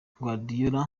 guardiola